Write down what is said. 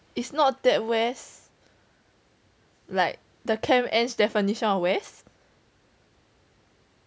it's not that west like the camp ends definition of west